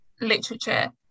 literature